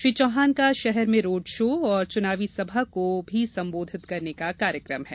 श्री चौहान का शहर में रोड़ शो और चुनावी सभा को भी सम्बोधित करने का कार्यक्रम है